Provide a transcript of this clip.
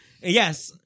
Yes